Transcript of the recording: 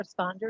responders